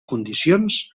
condicions